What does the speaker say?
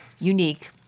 Unique